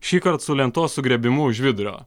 šįkart su lentos sugriebimu už vidurio